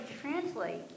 translate